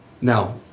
Now